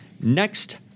Next